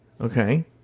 okay